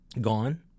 gone